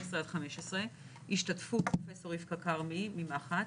עד 15 השתתפו פרופ' רבקה כרמי ממח"ץ,